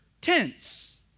tense